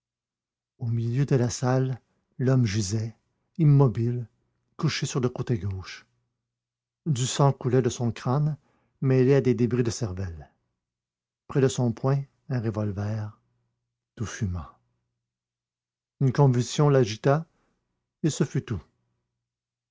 au milieu de la salle l'homme gisait immobile couché sur le côté gauche du sang coulait de son crâne mêlé à des débris de cervelle près de son poing un revolver tout fumant une convulsion l'agita et ce fut tout